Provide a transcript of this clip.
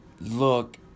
look